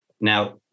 Now